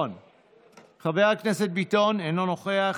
חבר הכנסת ביטון, אינו נוכח.